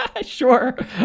sure